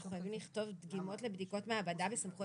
אנחנו חייבים לכתוב דגימות לבדיקות מעבדה בסמכויות